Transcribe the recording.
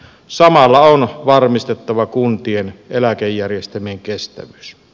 samalla on varmistettava kuntien eläkejärjestelmien kestävyys